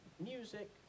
music